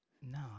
no